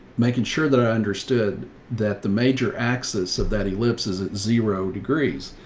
making sure that i understood that the major axis of that ellipses at zero degrees.